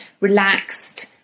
relaxed